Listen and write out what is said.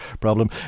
problem